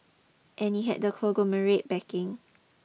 and he had the conglomerate's backing